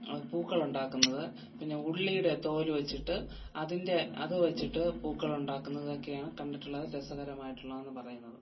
പൂക്കളുണ്ടാക്കുന്നത് പിന്നെ ഉള്ളിയുടെ തോല്വെച്ചിട്ട് അതിൻ്റെ അത് വെച്ചിട്ട് പൂക്കളുണ്ടാക്കുന്നതൊക്കെയാണ് കണ്ടിട്ടുള്ളതിൽ രസകരമായിട്ടുള്ളതെന്ന് പറയുന്നത്